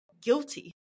guilty